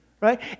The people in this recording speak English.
Right